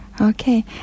Okay